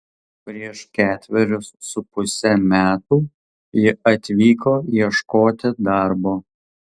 prieš ketverius su puse metų ji atvyko ieškoti darbo